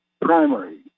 primary